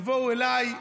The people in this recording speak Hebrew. יבואו אליי,